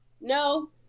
No